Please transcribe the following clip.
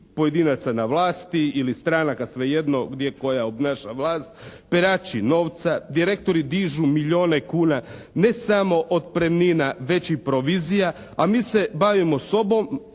pojedinaca na vlasti ili stranaka svejedno gdje koja obnaša vlast, perači novca. Direktori dižu milijune kune ne samo otpremnina već i provizija a mi se bavimo sobom